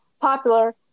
popular